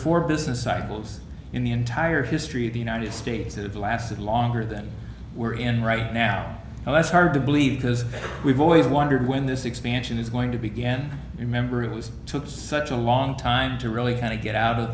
four business cycles in the entire history of the united states that have lasted longer than we're in right now and that's hard to believe because we've always wondered when this expansion is going to began remember it was took such a long time to really kind of get out of